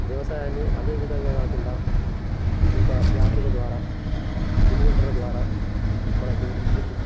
వ్యవసాయాన్ని అదే విధంగా కాకుండా ఇంకా బ్యాటరీల ద్వారా ఇన్వెంటర్ల ద్వారా మనకు విద్యుత్